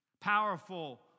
Powerful